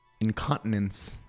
incontinence